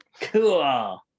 cool